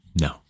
No